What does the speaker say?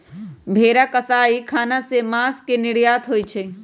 भेरा कसाई ख़ना से मास के निर्यात होइ छइ